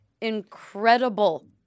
incredible